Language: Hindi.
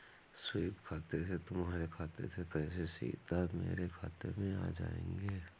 स्वीप खाते से तुम्हारे खाते से पैसे सीधा मेरे खाते में आ जाएंगे